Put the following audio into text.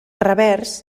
revers